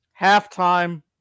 Halftime